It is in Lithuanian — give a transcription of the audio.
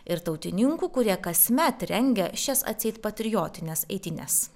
ir tautininkų kurie kasmet rengia šias atseit patriotines eitynes